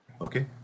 Okay